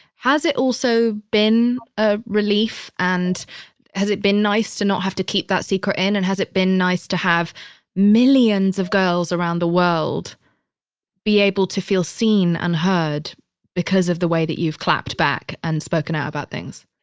has it also been a relief and has it been nice to not have to keep that secret in? and has it been nice to have millions of girls around the world be able to feel seen and heard because of the way that you've clapped back and spoken out about things?